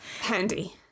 Handy